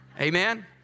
Amen